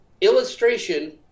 illustration